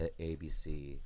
ABC